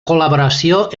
col·laboració